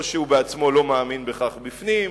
או שהוא עצמו לא מאמין בכך בפנים,